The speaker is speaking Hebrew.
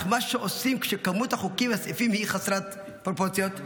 אך מה עושים כשכמות החוקים והסעיפים היא חסרת פרופורציות?